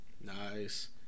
Nice